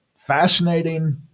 Fascinating